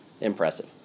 impressive